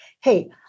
hey